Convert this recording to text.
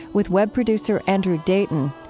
with web producer andrew dayton.